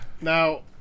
Now